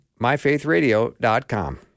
MyFaithRadio.com